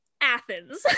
Athens